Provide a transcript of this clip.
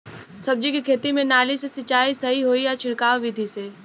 सब्जी के खेती में नाली से सिचाई सही होई या छिड़काव बिधि से?